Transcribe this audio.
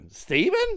Stephen